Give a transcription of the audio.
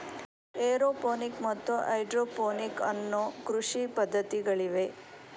aeroponic ಮತ್ತು hydroponic ಅನ್ನೂ ಕೃಷಿ ಪದ್ಧತಿಗಳಿವೆ